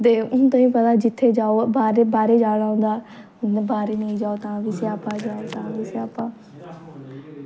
ते हून तुसें पता ऐ जित्थें जाओ बाह्रै बाहरै जाना होंदा इ'यां बाह्रै नेईं जाओ तां बी स्यापा नेईंं जाओ तां बी स्यापा